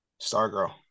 Stargirl